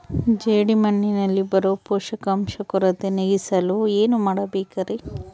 ಜೇಡಿಮಣ್ಣಿನಲ್ಲಿ ಬರೋ ಪೋಷಕಾಂಶ ಕೊರತೆ ನೇಗಿಸಲು ಏನು ಮಾಡಬೇಕರಿ?